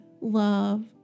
love